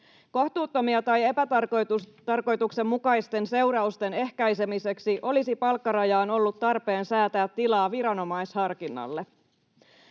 Kohtuuttomien tai epätarkoituksenmukaisten seurausten ehkäisemiseksi olisi palkkarajaan ollut tarpeen säätää tilaa viranomaisharkinnalle.